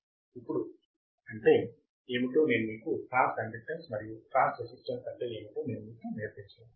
ఇప్పుడుఅంటే ఏమిటో నేను మీకు ట్రాన్స్కండక్టెన్స్ మరియు ట్రాన్స్రెసిస్టెన్స్ అంటే ఏమిటో నేను మీకు నేర్పించను